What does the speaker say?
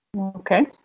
Okay